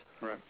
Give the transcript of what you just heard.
Right